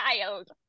child